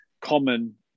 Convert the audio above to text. common